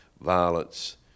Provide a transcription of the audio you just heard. violence